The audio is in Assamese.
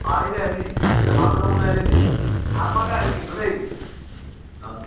অঁ আহিবি আহিবি মানুহজনকো লৈ আনিবি ভাত খোৱাকে আহিবি কিন্তু দেই অঁ